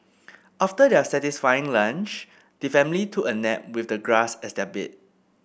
after their satisfying lunch the family took a nap with the grass as their bed